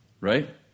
Right